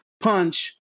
punch